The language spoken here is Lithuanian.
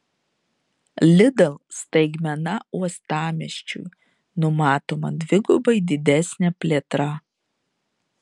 lidl staigmena uostamiesčiui numatoma dvigubai didesnė plėtra